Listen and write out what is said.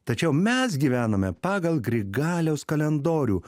tačiau mes gyvename pagal grigaliaus kalendorių